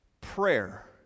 prayer